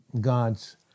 God's